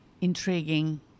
intriguing